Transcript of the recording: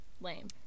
Lame